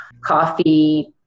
coffee